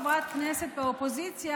אבל אני מודה שבתור חברת כנסת באופוזיציה